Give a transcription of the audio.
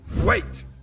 wait